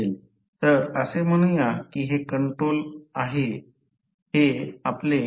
तर असे म्हणूया की हे कंट्रोल आहे हे आपले इनपुट u आहे